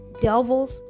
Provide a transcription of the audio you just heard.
devils